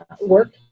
work